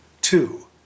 Two